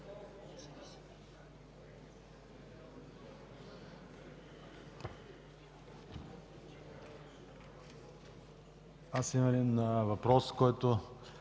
Аз имам един въпрос, който